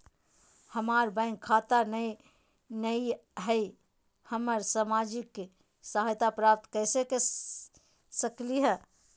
हमार बैंक खाता नई हई, हम सामाजिक सहायता प्राप्त कैसे के सकली हई?